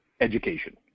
education